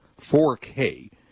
4K